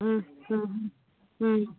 ꯎꯝ ꯎꯝ ꯎꯝ